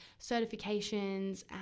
certifications